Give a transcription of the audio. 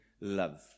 love